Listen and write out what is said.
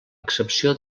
excepció